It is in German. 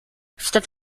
statt